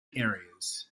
areas